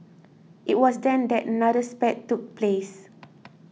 it was then that another spat took place